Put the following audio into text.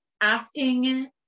asking